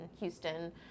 Houston